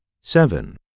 Seven